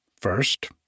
First